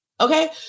okay